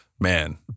Man